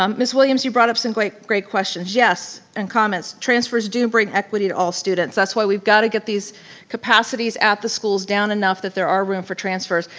um ms. williams, you brought up some great great questions. yes and comments, transfers do bring equity to all students. that's why we've got to get these capacities at the schools down enough that there are room for transfers.